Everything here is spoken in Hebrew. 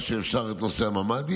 שאפשר למסלול ירוק את נושא הממ"דים.